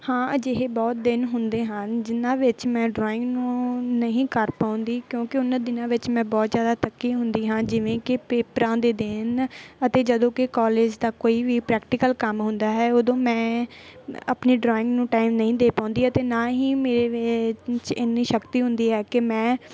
ਹਾਂ ਅਜਿਹੇ ਬਹੁਤ ਦਿਨ ਹੁੰਦੇ ਹਨ ਜਿਹਨਾਂ ਵਿੱਚ ਮੈਂ ਡਰਾਇੰਗ ਨੂੰ ਨਹੀਂ ਕਰ ਪਾਉਂਦੀ ਕਿਉਂਕਿ ਉਹਨਾਂ ਦਿਨਾਂ ਵਿੱਚ ਮੈਂ ਬਹੁਤ ਜ਼ਿਆਦਾ ਥੱਕੀ ਹੁੰਦੀ ਹਾਂ ਜਿਵੇਂ ਕਿ ਪੇਪਰਾਂ ਦੇ ਦਿਨ ਅਤੇ ਜਦੋਂ ਕਿ ਕੋਲੇਜ ਦਾ ਕੋਈ ਵੀ ਪ੍ਰੈਕਟੀਕਲ ਕੰਮ ਹੁੰਦਾ ਹੈ ਉਦੋਂ ਮੈਂ ਆਪਣੀ ਡਰਾਇੰਗ ਨੂੰ ਟਾਈਮ ਨਹੀਂ ਦੇ ਪਾਉਂਦੀ ਅਤੇ ਨਾ ਹੀ ਮੇਰੇ 'ਚ ਇੰਨੀ ਸ਼ਕਤੀ ਹੁੰਦੀ ਹੈ ਕਿ ਮੈਂ